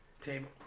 table